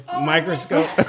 microscope